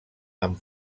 amb